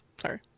Sorry